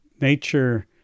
nature